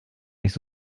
nicht